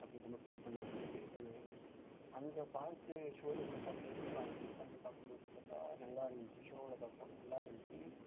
அப்படின் ரொம்ப ஃபீல் பண்ண வச்சிடுச்சு தென்னு அங்கே பார்த்து ஷோரூமில் பார்த்து இது பண்ணி பார்க்கும்போது பார்த்தா நல்லாயிருந்துச்சு ஷோவில் பார்க்கும் போது நல்லாயிருந்துச்சு